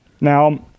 Now